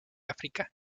áfrica